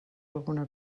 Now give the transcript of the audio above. alguna